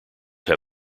have